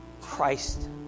Christ